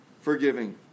forgiving